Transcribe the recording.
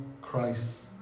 Christ